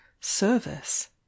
service